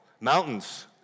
Mountains